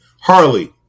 Harley